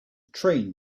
train